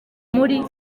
muri